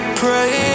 pray